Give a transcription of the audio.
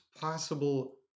possible